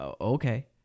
Okay